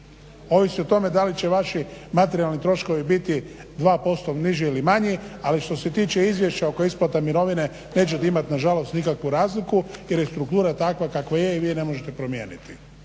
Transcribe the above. Ovisi o tome da li će vaši materijalni troškovi biti 2% niži ili manji, ali što se tiče izvješća oko isplate mirovine nećete imati nažalost nikakvu razliku jer je struktura takva kakva je i vi je ne možete promijeniti.